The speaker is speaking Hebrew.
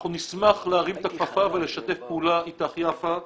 אנחנו נשמח להרים את הכפפה ולשתף פעולה איתך, יפה,